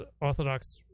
Orthodox